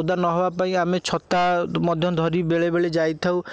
ଓଦା ନହେବା ପାଇଁ ଆମେ ଛତା ମଧ୍ୟ ଧରି ବେଳେବେଳେ ଯାଇଥାଉ